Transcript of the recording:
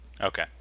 okay